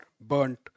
burnt